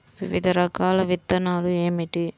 వివిధ రకాల విత్తనాలు ఏమిటి?